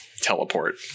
teleport